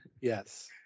Yes